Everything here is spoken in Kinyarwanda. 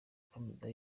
ikomeza